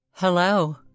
Hello